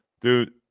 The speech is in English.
dude